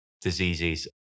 diseases